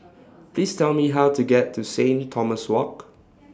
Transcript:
Please Tell Me How to get to Saint Thomas Walk